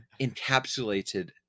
encapsulated